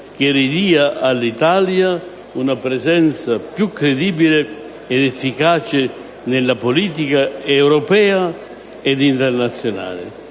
che ridia all'Italia una presenza più credibile ed efficace nella politica europea ed internazionale.